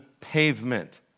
Pavement